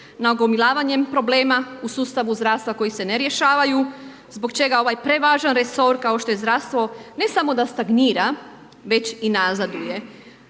nagomilavanjem problema u sustavu zdravstva koji se ne rješavaju, zbog čega ovaj prevažan resor kao što je zdravstvo ne samo da stagnira već i nazaduje